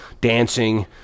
dancing